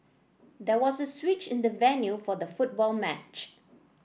there was a switch in the venue for the football match